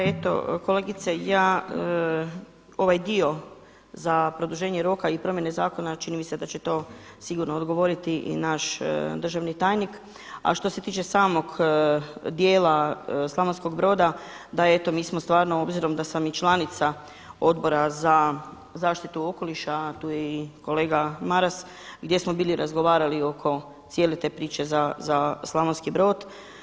Pa eto kolegice ja ovaj dio za produženje roka i promjene zakona čini mi se da će to sigurno odgovoriti i naš državni tajnik, a što se tiče samog dijela Slavonskog Broda, da eto mi smo stvarno obzirom da sam i članica Odbora za zaštitu okoliša, a tu je i kolega Maras, gdje smo bili razgovarali oko cijele te priče za Slavonski Brod.